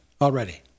already